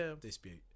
dispute